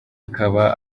ikaba